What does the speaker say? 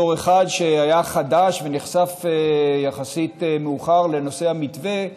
בתור אחד שהיה חדש ונחשף יחסית מאוחר לנושא המתווה,